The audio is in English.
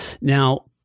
Now